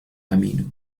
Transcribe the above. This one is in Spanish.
camino